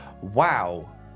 Wow